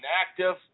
active